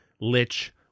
lich